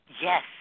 Yes